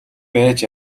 байж